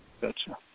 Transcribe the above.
gotcha